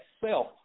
self